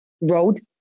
road